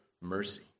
mercy